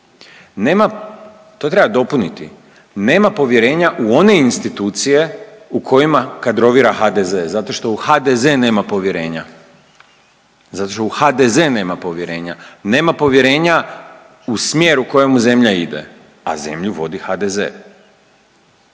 to treba dopuniti, nema povjerenja u one institucije u kojima kadrovira HDZ zato što u HDZ nema povjerenja. Zato što u HDZ nema povjerenja. Nema povjerenja u smjer u kojemu zemlja ide, a zemlju vodi HDZ.